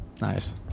Nice